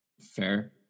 Fair